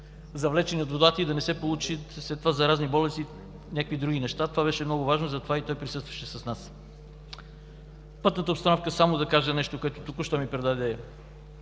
завлечени от водата и да не се получат след това заразни болести и някакви други неща. Това беше много важно, затова и той присъстваше с нас. Пътната обстановка, само да кажа нещо, което току-що ми предаде